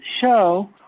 show